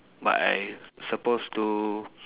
but I supposed to